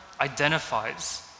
identifies